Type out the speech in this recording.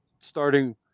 starting